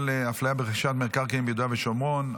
הפליה ברכישת מקרקעין ביהודה והשומרון,